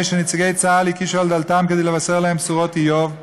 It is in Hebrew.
שנציגי צה"ל הקישו על דלתם כדי לבשר להם בשורות איוב,